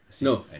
no